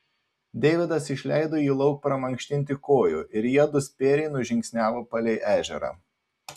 deividas išleido jį lauk pramankštinti kojų ir jiedu spėriai nužingsniavo palei ežerą